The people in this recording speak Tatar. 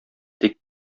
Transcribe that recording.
тик